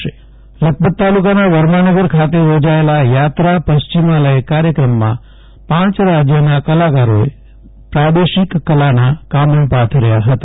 જયદિપ વૈષ્ણવ પશ્ચિમાલય કાર્યક્રમ લખપત તાલુકાના વર્માનગર ખાતે યોજાયેલા યાત્રા પશ્ચિમાલય કાર્યક્રમમાં પાંચ રાજ્યના કલાકારોએ પ્રાદેશિક કલાના કામણ પાથર્યા હતા